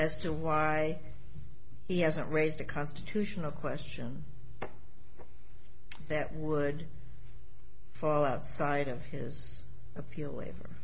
as to why he hasn't raised a constitutional question that would for outside of his appeal waiver